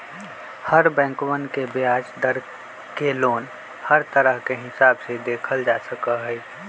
हर बैंकवन के ब्याज दर के लोन हर तरह के हिसाब से देखल जा सका हई